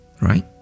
right